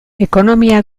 ekonomia